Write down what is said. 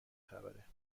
خبره